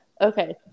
Okay